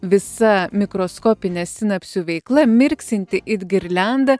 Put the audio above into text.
visa mikroskopinė sinapsių veikla mirksinti it girlianda